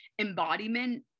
embodiment